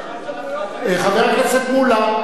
מה זה צריך להיות, חבר הכנסת מולה.